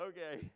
Okay